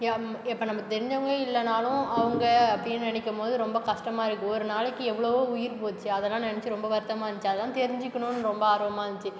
M இப்போ நமக்கு தெரிஞ்சவங்களே இல்லைனாலும் அவங்க அப்படின்னு நினைக்கம்போது ரொம்ப கஷ்டமாக இருக்குது ஒரு நாளைக்கு எவ்வளவோ உயிர் போச்சு அதெல்லாம் நினைச்சு ரொம்ப வருத்தமாக இருந்துச்சு அதெலாம் தெரிஞ்சுக்கணுன்னு ரொம்ப ஆர்வமாக இருந்துச்சு